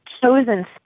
chosen